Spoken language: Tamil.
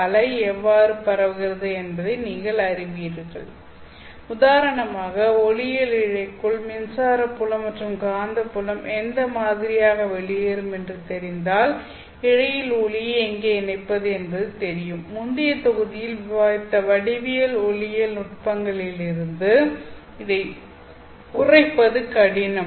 அலை எவ்வாறு பரவுகிறது என்பதை நீங்கள் அறிவீர்கள் உதாரணமாக ஒளியியல் இழைக்குள் மின்சார புலம் மற்றும் காந்தப்புலம் எந்த மாதிரியாக வெளியேறும் என்று தெரிந்தால் இழையில் ஒளியை எங்கே இணைப்பது என்பது தெரியும் முந்தைய தொகுதியில் விவாதித்த வடிவியல் ஒளியியல் நுட்பங்களிலிருந்து இதை உரைப்பது கடினம்